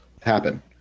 happen